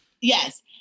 Yes